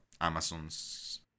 Amazon's